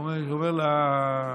ואומר לה: